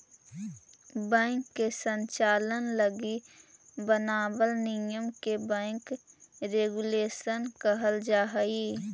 bank के संचालन लगी बनावल नियम के बैंक रेगुलेशन कहल जा हइ